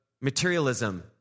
materialism